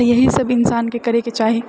तऽ इएह सभ इन्सानके करएके चाही